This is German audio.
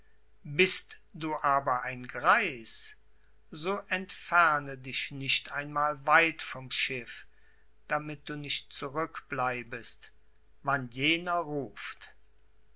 bist du aber ein greis so entferne dich nicht einmal weit vom schiff damit du nicht zurückbleibest wann jener ruft